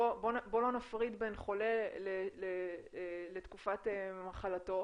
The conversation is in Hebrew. בואו לא נפריד בין חולה לתקופת מחלתו,